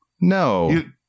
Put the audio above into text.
No